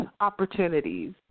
opportunities